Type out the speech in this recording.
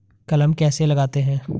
कलम कैसे लगाते हैं?